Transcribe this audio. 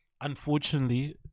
unfortunately